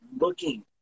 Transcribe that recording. looking